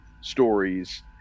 stories